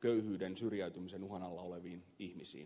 köyhyyden syrjäytymisen uhan alla oleviin ihmisiin